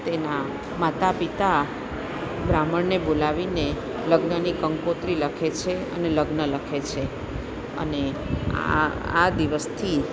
તેના માતા પિતા બ્રાહ્મણને બોલાવીને લગ્નની કંકોત્રી લખે છે અને લગ્ન લખે છે અને આ આ દિવસથી